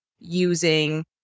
using